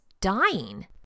dying